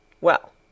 Well